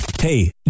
Hey